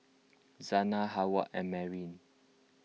Zana Heyward and Marin